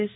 S